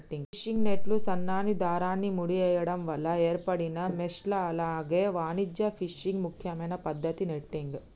fishing నెట్లు సన్నని దారాన్ని ముడేయడం వల్ల ఏర్పడిన మెష్లు అలాగే వాణిజ్య ఫిషింగ్ ముఖ్యమైన పద్దతి నెట్టింగ్